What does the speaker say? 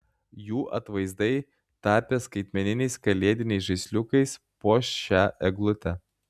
jų atvaizdai tapę skaitmeniniais kalėdiniais žaisliukais puoš šią eglutę